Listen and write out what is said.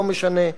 לא משנה.